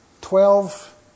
twelve